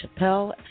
Chappelle